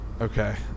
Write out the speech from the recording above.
Okay